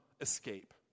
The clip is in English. escape